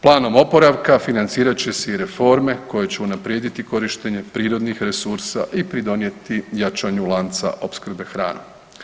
Planom oporavka financirat će se i reforme koje će unaprijediti korištenje prirodnih resursa i pridonijeti jačanju lanca opskrbe hranom.